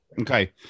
Okay